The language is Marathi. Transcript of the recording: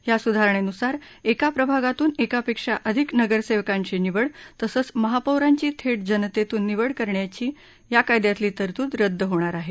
या सुधारणेन्सार एका प्रभागातून एकापेक्षा अधिक नगरसेवकांची निवड तसंच महापौरांची थेट जनतेतून निवड करण्याची या कायदयातली तरतूद रदद होणार आहे